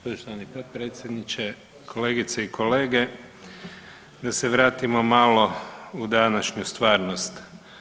Poštovani potpredsjedniče, kolegice i kolege, da se vratimo malo u današnju stvarnost.